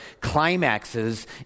climaxes